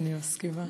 אני מסכימה.